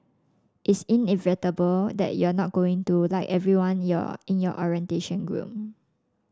it's inevitable that you're not going to like everyone your in your orientation group